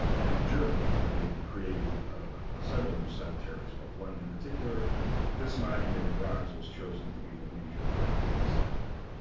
and in germany, when they created ah several new cemeteries but one in particular this monument, in bronze, was chosen to be the major monument in the cemetery.